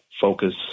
focus